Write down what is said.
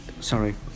sorry